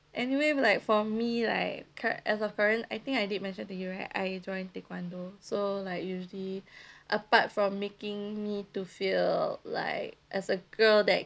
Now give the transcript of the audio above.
anyway like for me like cu~ as of current I think I did mention to you right I join taekwondo so like usually apart from making me to feel like as a girl that